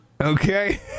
Okay